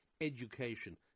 education